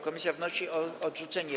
Komisja wnosi o jej odrzucenie.